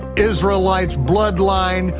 israelites, bloodline,